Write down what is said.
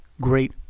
great